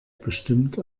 bestimmt